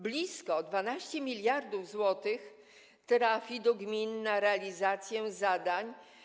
Blisko 12 mld zł trafi do gmin na realizację zadań.